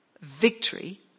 victory